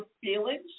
feelings